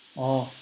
orh